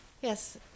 Yes